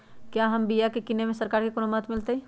क्या हम बिया की किने में सरकार से कोनो मदद मिलतई?